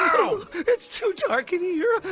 it's too dark in here!